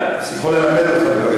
יש לך שם יפה, חוץ